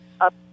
up